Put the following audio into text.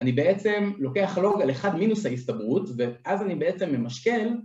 אני בעצם לוקח לוג על אחד מינוס ההסתברות ואז אני בעצם ממשקל